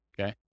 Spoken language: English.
okay